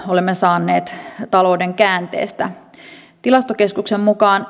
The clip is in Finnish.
olemme saaneet talouden käänteestä tilastokeskuksen mukaan